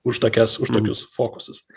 už tokias už tokius fokusus